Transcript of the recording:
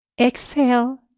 Exhale